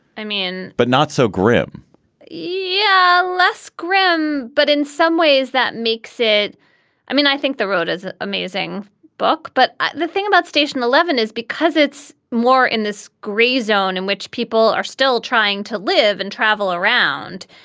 i mean, but not so grim yeah, less grim. but in some ways that makes it i mean, i think the road is an amazing book. but the thing about station eleven is because it's more in this grey zone in which people are still trying to live and travel around.